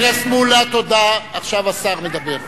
חבר הכנסת מולה, תודה, עכשיו השר מדבר.